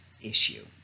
issue